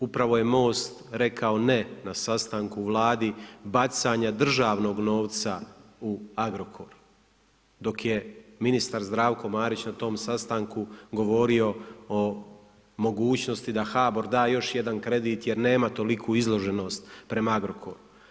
Upravo je Most rekao ne na sastanku Vladi bacanja državnog novca u Agrokor, dok je ministar Zdravko Marić na tom sastanku govorio o mogućnosti da HBOR da još jedan kredit jer nema toliku izloženost prema Agrokoru.